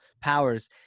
powers